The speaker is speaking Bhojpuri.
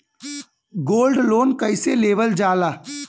गोल्ड लोन कईसे लेवल जा ला?